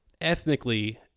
ethnically